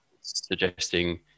suggesting